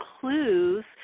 clues